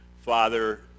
father